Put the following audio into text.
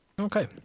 Okay